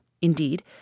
Indeed